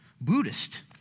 Buddhist